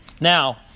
Now